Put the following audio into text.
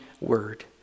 word